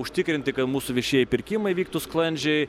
užtikrinti kad mūsų viešieji pirkimai vyktų sklandžiai